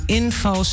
info